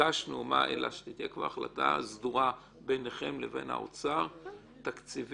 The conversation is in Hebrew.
ביקשנו אלא שתהיה כבר החלטה סדורה ביניכם לבין האוצר תקציבים,